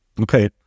Okay